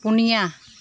ᱯᱚᱱᱭᱟ